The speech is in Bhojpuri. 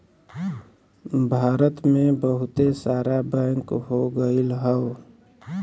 भारत मे बहुते सारा बैंक हो गइल हौ